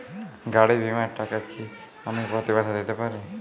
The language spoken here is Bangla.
গাড়ী বীমার টাকা কি আমি প্রতি মাসে দিতে পারি?